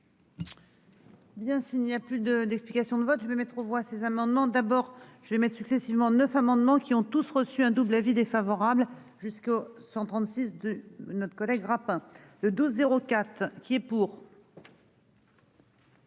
Bien s'il n'y a plus de d'explication de vote je vais mettre aux voix ces amendements. D'abord je vais mettent successivement neuf amendements qui ont tous reçu un double avis défavorable jusqu'au 136 de notre collègue Rapin. Le 12 04 qui est pour.